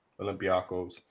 Olympiacos